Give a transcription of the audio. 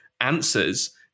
answers